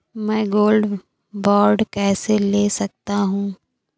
मैं gold bond कैसे ले सकता हूँ?